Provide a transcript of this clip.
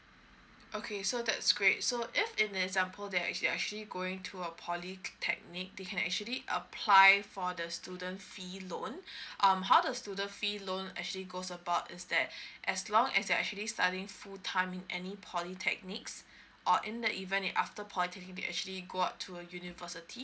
okay so that's great so if in example they're actually actually going to a polytechnic they can actually apply for the student fee loan um how the student fee loan actually goes about is that as long as they're actually studying full time in any polytechnics or in the event if after polytechnic they actually go out to a university